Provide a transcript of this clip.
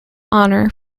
honor